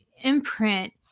imprint